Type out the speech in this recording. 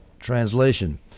translation